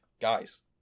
guys